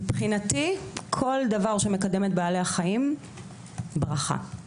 מבחינתי, כל דבר שמקדם את בעלי החיים, ברכה.